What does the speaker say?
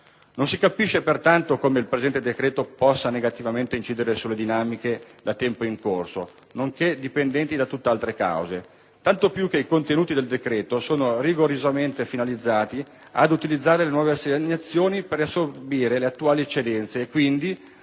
Non si capisce, pertanto, come il presente decreto possa negativamente incidere su dinamiche da tempo in corso, nonché dipendenti da tutt'altre cause. Tanto più che i contenuti del decreto sono rigorosamente finalizzati ad utilizzare le nuove assegnazioni per riassorbire le attuali eccedenze e, quindi, ad evitare che le stesse si